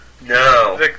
No